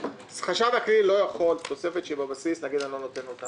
החשב הכללי לא יכול לגבי תוספת שבבסיס להגיד שהוא לא נותן אותה,